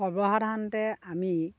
সৰ্বসাধাৰণতে আমি